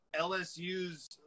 LSU's